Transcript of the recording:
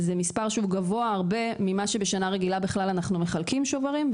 זה מספר שהוא גבוה הרבה יותר ממה שבשנה רגילה אנחנו בכלל מחלקים שוברים,